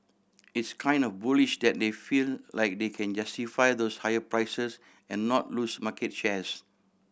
it's kind of bullish that they feel like they can justify those higher prices and not lose market shares